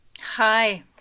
Hi